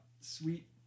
Sweet